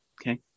Okay